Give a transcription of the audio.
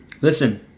Listen